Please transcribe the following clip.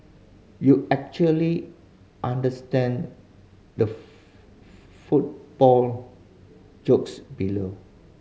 you actually understand the football jokes below